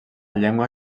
llengua